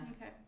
Okay